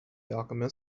alchemist